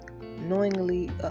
knowingly